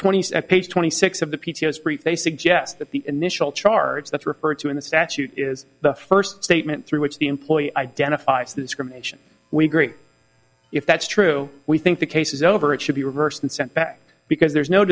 twenty twenty six of the p t s brief they suggest that the initial charge that's referred to in the statute is the first statement through which the employee identifies the discrimination we agree if that's true we think the case is over it should be reversed and sent back because there's no